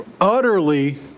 utterly